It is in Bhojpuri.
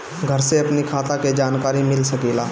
घर से अपनी खाता के जानकारी मिल सकेला?